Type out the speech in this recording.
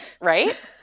right